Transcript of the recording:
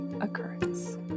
occurrence